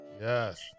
yes